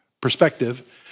perspective